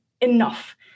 enough